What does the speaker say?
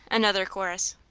another chorus.